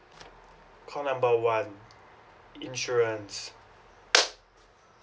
call number one insurance